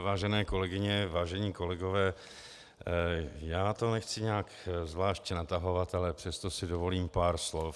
Vážené kolegyně, vážení kolegové, já to nechci nějak zvlášť natahovat, ale přesto si dovolím pár slov.